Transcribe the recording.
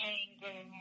anger